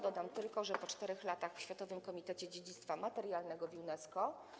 Dodam tylko, że po 4 latach w światowym komitecie dziedzictwa materialnego UNESCO.